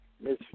Miss